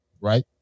right